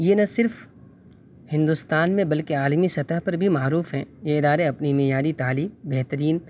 یہ نہ صرف ہندوستان میں بلکہ عالمی سطح پر بھی معروف ہیں یہ ادارے اپنے معیاری تعلیم بہترین